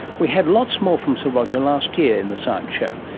we had lots more from sir roger last year in the science show,